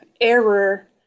error